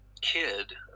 kid